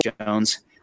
Jones